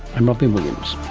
i'm robyn williams